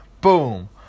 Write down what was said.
Boom